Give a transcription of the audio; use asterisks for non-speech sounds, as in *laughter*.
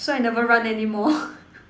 so I never run anymore *breath*